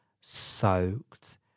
soaked